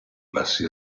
bassi